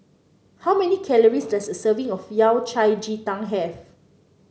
how many calories does a serving of Yao Cai Ji Tang have